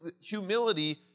Humility